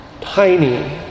tiny